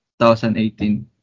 2018